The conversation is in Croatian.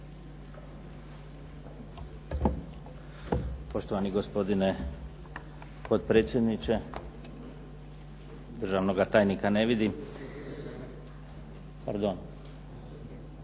Poštovani gospodine potpredsjedniče, državnoga tajnika ne vidim. Pardon.